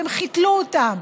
שהם חיתלו אותם,